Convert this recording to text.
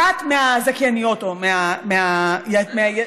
אחת מהזכייניות, שמתי לב.